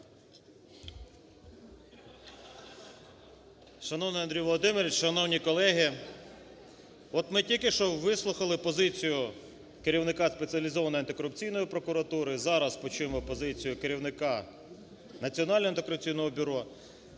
Шановний Андрій Володимирович, шановні колеги! От ми тільки що вислухали позицію керівника Спеціалізованої антикорупційної прокуратури, зараз почуємо позицію керівника Національного антикорупційного бюро.